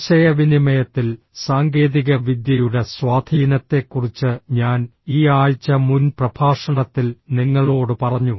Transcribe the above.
ആശയവിനിമയത്തിൽ സാങ്കേതികവിദ്യയുടെ സ്വാധീനത്തെക്കുറിച്ച് ഞാൻ ഈ ആഴ്ച മുൻ പ്രഭാഷണത്തിൽ നിങ്ങളോട് പറഞ്ഞു